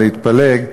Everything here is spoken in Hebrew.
להתפלג,